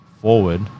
forward